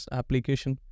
application